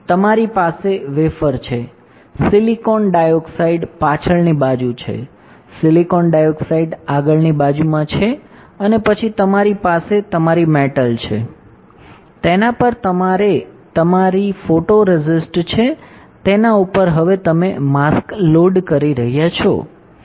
તમારી પાસે વેફર છે સિલિકોન ડાયોક્સાઇડ પાછળની બાજુ છે સિલિકોન ડાયોક્સાઇડ આગળની બાજુમાં છે અને પછી તમારી પાસે તમારી મેટલ છે તેના પર તમારી પાસે તમારી ફોટોરેસિસ્ટ છે તેના ઉપર હવે તમે માસ્ક લોડ કરી રહ્યાં છો